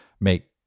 make